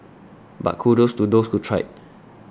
but kudos to those who tried